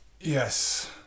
Yes